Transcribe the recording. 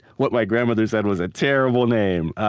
what my grandmother said was a terrible name,